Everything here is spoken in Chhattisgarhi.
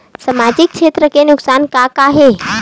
सामाजिक क्षेत्र के नुकसान का का हे?